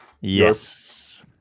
Yes